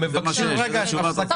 כן, בבקשה.